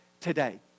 today